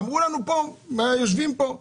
ואמרו לנו היושבים פה,